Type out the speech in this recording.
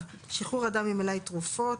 11(טו)(שחרור אדם עם מלאי תרופות),